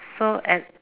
so at